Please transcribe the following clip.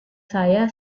saya